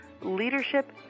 Leadership